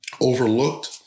overlooked